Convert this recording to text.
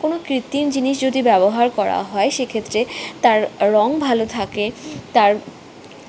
কোন কৃত্তিম জিনিস যদি ব্যবহার করা হয় সেক্ষেত্রে তার রঙ ভালো থাকে তার